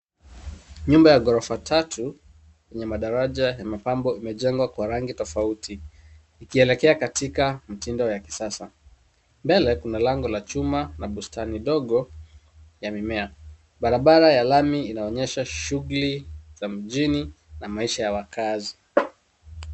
Nyumba ya ghorofa tatu, yenye madaraja ya mapambo, imejengwa kwa rangi tofauti ikielekea katika mtindo wa kisasa. Mbele kuna lango la chuma na bustani dogo la mimea. Barabara ya lami inaonesha shughuli za mjini na maisha ya wakaazi.